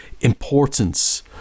importance